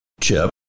Chip